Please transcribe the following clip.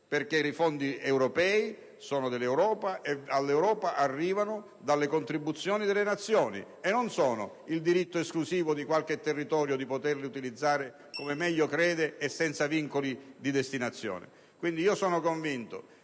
I fondi europei sono dell'Europa e all'Europa arrivano dalle contribuzioni delle Nazioni. Non sono il diritto esclusivo di qualche territorio di poterli utilizzare come meglio crede e senza vincoli di destinazione. Sono convinto